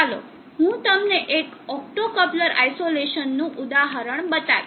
ચાલો હું તમને એક ઓપ્ટોકપ્લર આઇસોલેશન નું ઉદાહરણ બતાવીશ